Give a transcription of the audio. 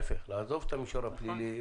לעזוב את המישור הפלילי.